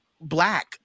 black